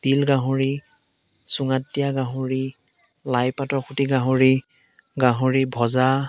তিল গাহৰি চুঙাত দিয়া গাহৰি লাইপাতৰ সৈতে গাহৰি গাহৰি ভজা